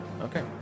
Okay